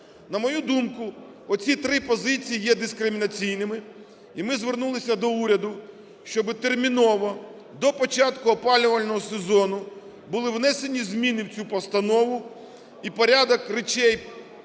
На мою думку, оці три позиції є дискримінаційними. І ми звернулися до уряду, щоб терміново до початку опалювального сезону були внесені зміни в цю постанову, і порядок речей